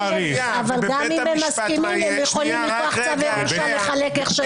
אבל גם אם הם מסכימים הם יכולים מכוח צו הירושה לחלק איך שהם רוצים.